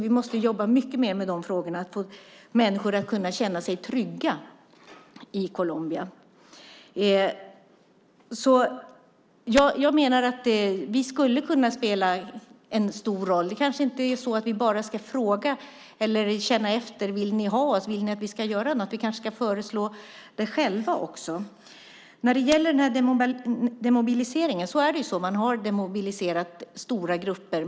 Vi måste jobba mycket mer med dessa frågor, med att få människor att kunna känna sig trygga i Colombia. Jag menar att vi skulle kunna spela en stor roll. Det kanske inte är så att vi bara ska fråga eller känna efter: Vill ni ha oss? Vill ni att vi ska göra något? Vi kanske ska föreslå det själva också. När det gäller demobiliseringen är det ju så att man har demobiliserat stora grupper.